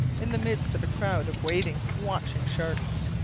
in the midst of a crowd of waiting, watching sharks.